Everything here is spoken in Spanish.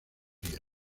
fría